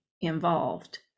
involved